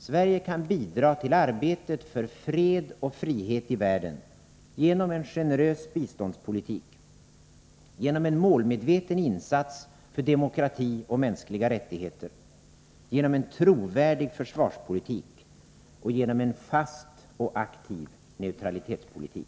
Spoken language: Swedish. Sverige kan bidra till arbetet för fred och frihet i världen genom en målmedveten insats för demokrati och mänskliga rättigheter, en trovärdig försvarspolitik och en fast och aktiv neutralitetspolitik.